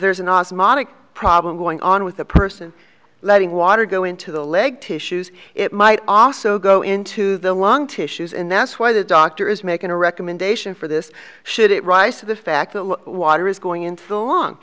monic problem going on with the person letting water go into the leg tissues it might also go into the long tissues and that's why the doctor is making a recommendation for this should it rise to the fact that water is going into the long